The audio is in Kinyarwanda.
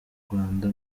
rwanda